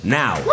now